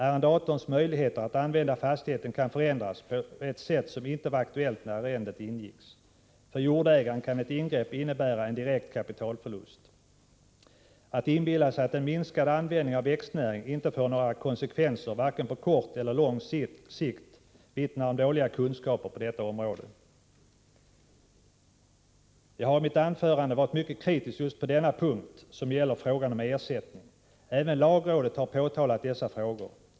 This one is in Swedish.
Arrendatorns möjligheter att använda fastigheten kan förändras på ett sätt som inte var aktuellt när arrendet ingicks. För jordägaren kan ett ingrepp innebära en direkt kapitalförlust. Att inbilla sig att en minskad användning av växtnäring inte får några konsekvenser, varken på kort eller på lång sikt, vittnar om dåliga kunskaper på detta område. Jag har i mitt anförande varit mycket kritisk just på denna punkt, som gäller frågan om ersättning. Även lagrådet har påtalat dessa frågor.